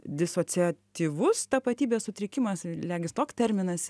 disociatyvus tapatybės sutrikimas regis toks terminas